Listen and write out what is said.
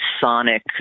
sonic